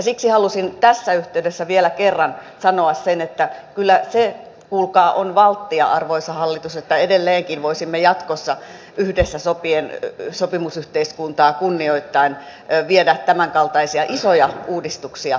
siksi halusin tässä yhteydessä vielä kerran sanoa sen että kyllä se kuulkaa on valttia arvoisa hallitus että edelleenkin voisimme jatkossa yhdessä sopien sopimusyhteiskuntaa kunnioittaen viedä tämänkaltaisia isoja uudistuksia eteenpäin